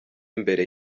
imbere